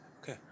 Okay